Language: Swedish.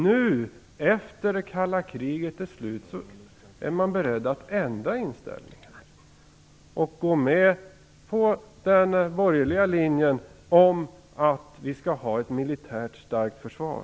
Nu, efter det att det kalla kriget är slut, är man beredd att ändra inställning och gå med på den borgerliga linjen om ett starkt militärt försvar.